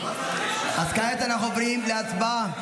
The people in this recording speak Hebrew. אז כעת אנחנו עוברים להצבעה.